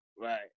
right